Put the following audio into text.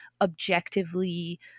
objectively